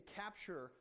capture